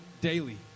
daily